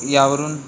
यावरून